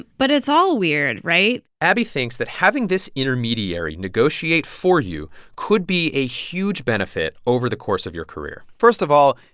but it's all weird, right? abbie thinks that having this intermediary negotiate for you could be a huge benefit over the course of your career first of all,